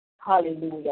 Hallelujah